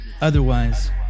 Otherwise